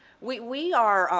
we we are,